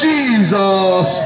Jesus